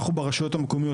אנחנו ברשויות המקומיות,